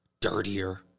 dirtier